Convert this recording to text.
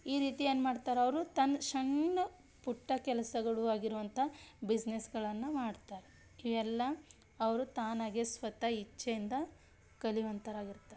ಈ ರೀತಿ ಏನು ಮಾಡ್ತಾರೆ ಅವರು ತನ್ನ ಸಣ್ಣ ಪುಟ್ಟ ಕೆಲಸಗಳು ಆಗಿರುವಂಥ ಬಿಸ್ನೆಸ್ಗಳನ್ನು ಮಾಡ್ತಾರೆ ಇವೆಲ್ಲ ಅವರು ತಾನಾಗೇ ಸ್ವತಃ ಇಚ್ಛೆಯಿಂದ ಕಲಿವಂತರು ಆಗಿರ್ತಾರೆ